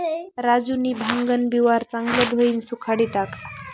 राजूनी भांगन बिवारं चांगलं धोयीन सुखाडी टाकं